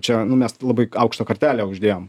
čia nu mes labai aukštą kartelę uždėjom